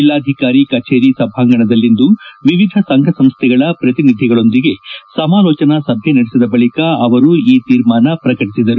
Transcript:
ಜಿಲ್ಲಾಧಿಕಾರಿ ಕಜೇರಿ ಸಭಾಂಗಣದಲ್ಲಿಂದು ವಿವಿಧ ಸಂಘ ಸಂಸ್ಥೆಗಳ ಪ್ರತಿನಿಧಿಗಳೊಂದಿಗೆ ಸಮಾಲೋಚನಾ ಸಭೆ ನಡೆಸಿದ ಬಳಿಕ ಅವರು ಈ ತೀರ್ಮಾನ ಪ್ರಕಟಿಸಿದರು